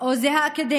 או זה האקדמי,